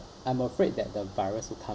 I'm afraid that the virus will come